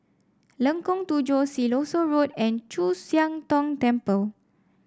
Lengkong Tujuh Siloso Road and Chu Siang Tong Temple